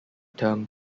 term